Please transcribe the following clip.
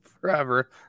Forever